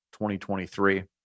2023